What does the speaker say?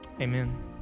amen